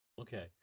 Okay